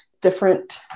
different